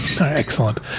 Excellent